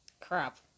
Crap